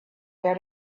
where